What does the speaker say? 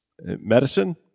medicine